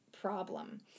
problem